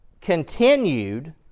continued